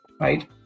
right